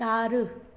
चार